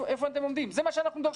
זה מה שאנחנו דורשים.